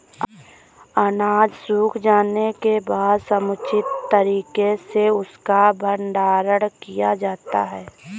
अनाज सूख जाने के बाद समुचित तरीके से उसका भंडारण किया जाता है